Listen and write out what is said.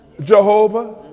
Jehovah